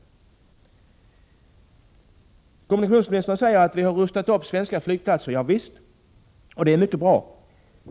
Kommunikationsministern säger att vi har rustat upp svenska flygplatser. Javisst, och det är mycket bra.